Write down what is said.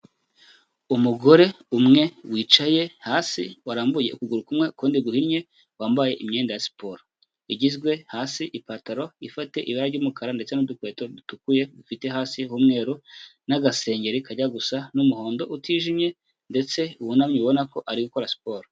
Umugore umwe wicaye hasi. Warambuye ukuguru kumwe ukundi guhinnye, wambaye imyenda ya siporo. Igizwe hasi ipantaro ifata ibara ry'umukara ndetse n'udukweto dutukuye dufite hasi y'umweru, n'agasengengeri kajya gusa n'umuhondo utijimye ndetse wunamye ubona ko ari gukora siporo.